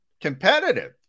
competitive